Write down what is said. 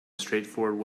straightforward